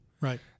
Right